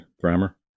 grammar